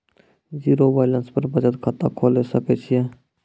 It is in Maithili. जीरो बैलेंस पर बचत खाता खोले सकय छियै?